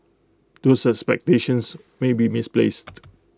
those expectations may be misplaced